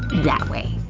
that way.